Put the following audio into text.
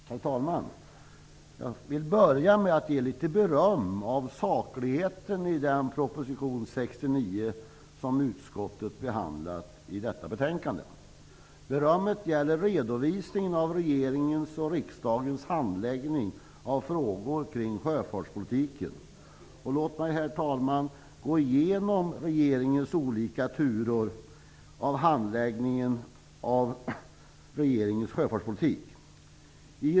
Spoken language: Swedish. Herr talman! Jag vill börja med att ge litet beröm för sakligheten i proposition 69, som utskottet behandlat i detta betänkande. Berömmet gäller redovisningen av regeringens och riksdagens handläggning av frågor kring sjöfartspolitiken. Låt mig, herr talman, gå igenom regeringens olika turer i handläggningen av regeringens sjöfartspolitik.